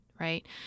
right